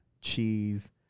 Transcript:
cheese